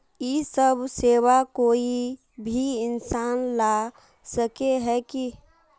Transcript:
इ सब सेवा कोई भी इंसान ला सके है की?